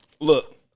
Look